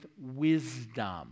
wisdom